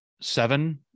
seven